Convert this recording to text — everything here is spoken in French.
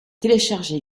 téléchargé